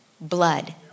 blood